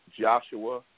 Joshua